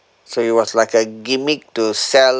so it was like a gimmick to sell